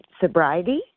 sobriety